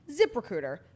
ZipRecruiter